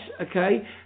okay